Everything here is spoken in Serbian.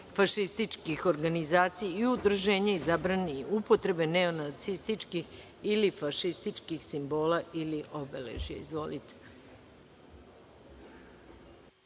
fašističkih organizacija i udruženja i zabrani upotrebe neonacističkih ili fašističkih simbola i obeležja. Reč